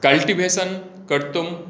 cultivation कर्तुं